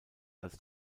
als